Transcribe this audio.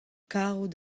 karout